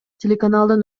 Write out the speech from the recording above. телеканалдын